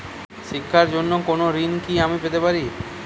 শিক্ষার জন্য কোনো ঋণ কি আমি পেতে পারি?